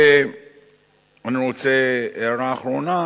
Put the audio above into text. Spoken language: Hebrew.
ואני רוצה הערה אחרונה,